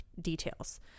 details